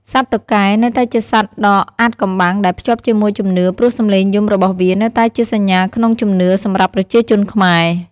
សត្វតុកែនៅតែជាសត្វដ៏អាថ៌កំបាំងដែលភ្ជាប់ជាមួយជំនឿ ព្រោះសំឡេងយំរបស់វានៅតែជាសញ្ញាក្នុងជំនឿសម្រាប់ប្រជាជនខ្មែរ។